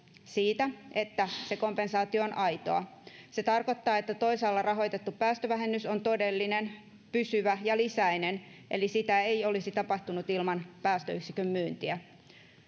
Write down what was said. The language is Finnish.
siitä että se kompensaatio on aitoa se tarkoittaa että toisaalla rahoitettu päästövähennys on todellinen pysyvä ja lisäinen eli sitä ei olisi tapahtunut ilman päästöyksikön myyntiä